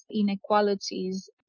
inequalities